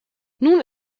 nun